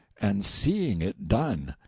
and seeing it done.